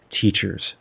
teachers